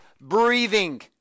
breathing